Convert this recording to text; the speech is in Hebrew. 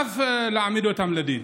ואף להעמיד אותו לדין.